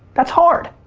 that's hard.